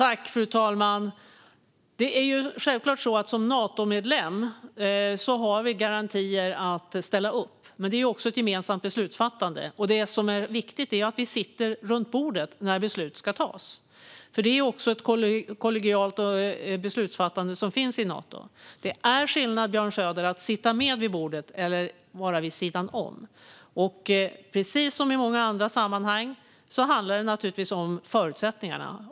Fru talman! Det är självklart att man som Natomedlem har en skyldighet att ställa upp, men det är ett gemensamt beslutsfattande. Det som är viktigt är att vi sitter runt bordet när beslut ska fattas, för det är ett kollegialt beslutsfattande i Nato. Det är skillnad, Björn Söder, mellan att sitta med vid bordet och att vara vid sidan om. Precis som i många andra sammanhang handlar det naturligtvis om förutsättningarna.